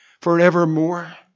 forevermore